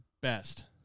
best